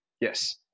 Yes